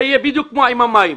זה יהיה בדיוק כמו עם המים,